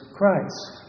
Christ